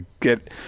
get